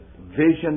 vision